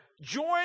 Join